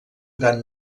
gran